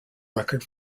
record